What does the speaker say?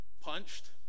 punched